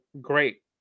great